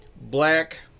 black